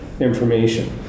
information